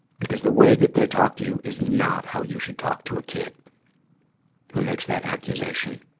because the way that they talked to you is not how you should talk to a kid who makes that accusation.